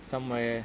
somewhere